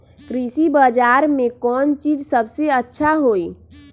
कृषि बजार में कौन चीज सबसे अच्छा होई?